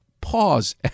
pause